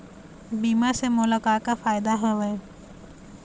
बीमा से मोला का का फायदा हवए?